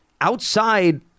Outside